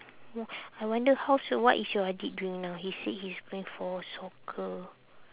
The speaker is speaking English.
oh I wonder how's your what is your adik doing now he said he's going for soccer